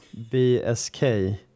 BSK